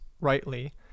rightly